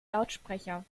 lautsprecher